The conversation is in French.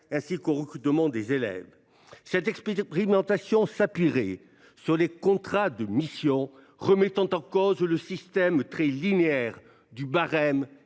ainsi qu’au recrutement des élèves. Cette expérimentation s’appuierait sur les contrats de mission, remettant en cause le système très linéaire du barème